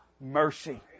mercy